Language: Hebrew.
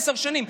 עשר שנים,